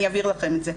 אני אעביר לכם את זה.